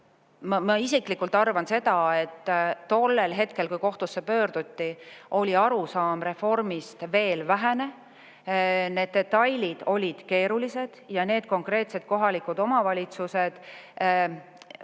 Ma isiklikult arvan seda, et tollel hetkel, kui kohtusse pöörduti, oli arusaam reformist veel vähene. Need detailid olid keerulised ja konkreetsed kohalikud omavalitsused vast